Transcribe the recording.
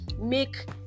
make